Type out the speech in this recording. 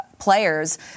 players